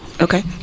Okay